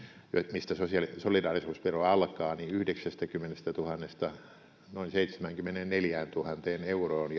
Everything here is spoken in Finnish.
mistä solidaarisuusvero alkaa yhdeksästäkymmenestätuhannesta noin seitsemäänkymmeneenneljääntuhanteen euroon